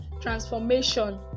transformation